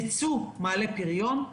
ייצוא מעלה פריון,